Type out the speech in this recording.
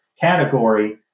category